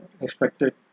expected